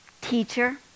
Teacher